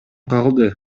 калды